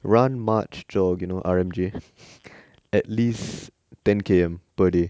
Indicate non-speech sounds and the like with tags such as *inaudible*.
run march jog you know R M J *noise* at least ten K_M per day